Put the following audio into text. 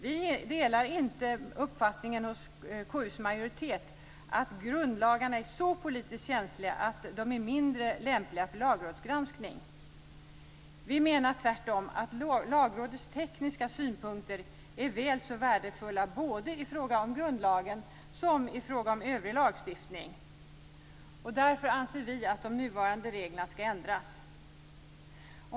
Vi delar inte den uppfattning som finns hos KU:s majoritet om att grundlagarna är så politiskt känsliga att de är mindre lämpliga för lagrådsgranskning. Vi menar att Lagrådets tekniska synpunkter är väl så värdefulla i fråga om såväl grundlagen som övrig lagstiftning. Därför anser vi att de nuvarande reglerna ska ändras.